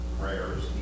prayers